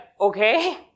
okay